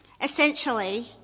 Essentially